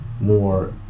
more